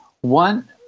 one